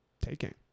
taking